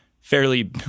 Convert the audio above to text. fairly